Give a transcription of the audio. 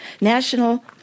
National